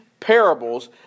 parables